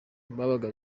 babaga